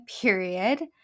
period